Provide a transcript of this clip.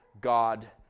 God